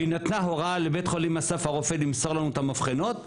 והיא נתנה הוראה לבית חולים אסף הרופא למסור לנו את המבחנות.